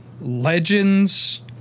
legends